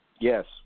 Yes